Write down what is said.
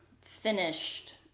finished